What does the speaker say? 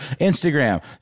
Instagram